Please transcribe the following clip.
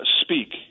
speak